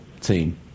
team